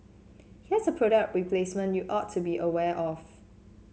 here's a product placement you ought to be aware of